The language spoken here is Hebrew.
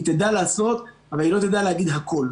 היא תדע לעשות, אבל היא לא תדע להגיד הכול.